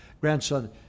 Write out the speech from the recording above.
grandson